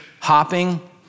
hopping